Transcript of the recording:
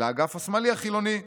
לאגף השמאלי החילוני.